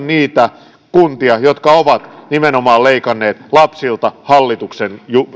niitä kuntia jotka ovat nimenomaan leikanneet lapsilta hallituksen päätöksen